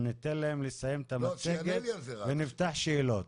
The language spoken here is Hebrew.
ניתן להם לסיים את המצגת ונפתח שאלות.